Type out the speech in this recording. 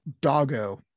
doggo